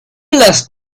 las